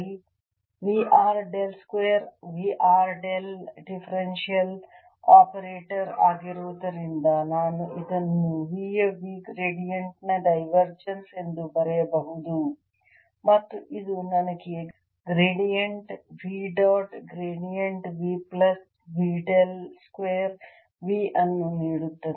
V r del square V r del differential operator ಆಗಿರುವುದರಿಂದ ನಾನು ಇದನ್ನು V ಯ V ಗ್ರೇಡಿಯಂಟ್ ನ ಡೈವರ್ಜೆನ್ಸ್ ಎಂದು ಬರೆಯಬಹುದು ಮತ್ತು ಇದು ನನಗೆ gradient V dot gradient V plus V del square V ಅನ್ನು ನೀಡುತ್ತದೆ